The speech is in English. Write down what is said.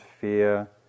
fear